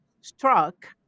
struck